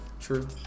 true